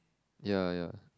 ya ya